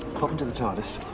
pop into the tardis,